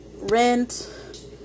rent